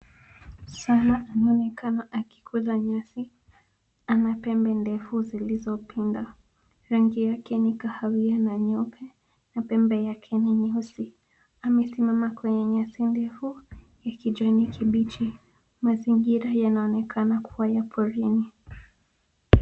Swara anaonekana akikula nyasi. Ana pembe ndefu zilizopinda. Rangi yake ni kahawia na nyeupe na pembe yake ni nyeusi. Amesimama kwenye nyasi ndefu ya kijani kibichi. Mazingira yanaonekana kuwa ya porini.